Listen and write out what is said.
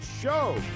show